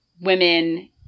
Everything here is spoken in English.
women